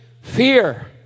fear